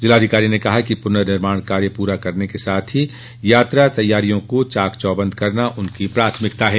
जिलाधिकारी ने कहा कि पुर्ननिर्माण कार्य पूरा करने के साथ ही यात्रा तैयारियों को चाक चौबंद करना उनकी प्राथमिकता है